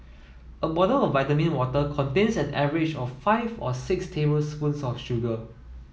a bottle of vitamin water contains an average of five or six tablespoons of sugar